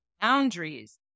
boundaries